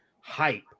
hype